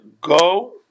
Go